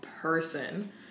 person